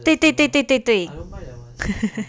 对对对对对对